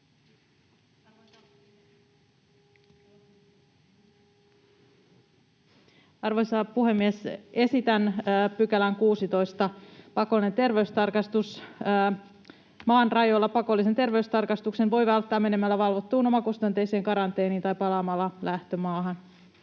vielä yhden lisäkohdan, jossa olisi todettu, että maan rajoilla pakollisen terveystarkastuksen voi välttää menemällä valvottuun omakustanteiseen karanteeniin tai palaamalla lähtömaahan.